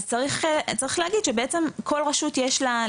אז צריך להגיד שבעצם כל רשות יש לה,